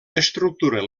estructura